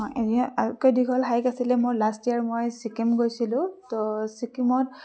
আটাইতকৈ দীঘল হাইক আছিলে মোৰ লাষ্ট ইয়াৰ মই ছিক্কিম গৈছিলোঁ তহ ছিক্কিমত